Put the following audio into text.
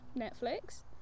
netflix